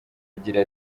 agira